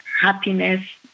happiness